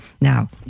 Now